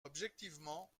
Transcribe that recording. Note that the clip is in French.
objectivement